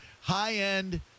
High-end